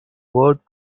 word